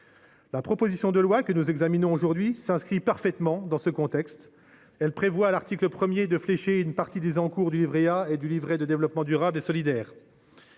La proposition de loi que nous examinons aujourd’hui s’inscrit parfaitement dans ce contexte : elle prévoit, à l’article 1, de flécher une partie des encours du livret A et du livret de développement durable et solidaire.